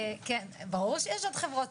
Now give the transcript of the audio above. ברור שיש עוד חברות,